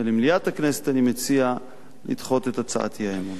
ולמליאת הכנסת אני מציע לדחות את הצעת האי-אמון.